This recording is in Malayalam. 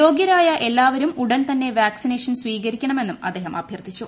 യോഗ്യരായ എല്ലാവരും ഉടൻ തന്നെ വാക്സിനേഷൻ സ്വീകരിക്കണമെന്നും അദ്ദേഹം അഭ്യർത്ഥിച്ചു